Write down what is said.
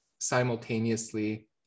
simultaneously